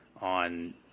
on